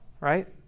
right